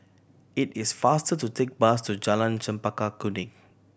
it is faster to take bus to Jalan Chempaka Kuning